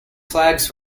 flags